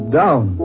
down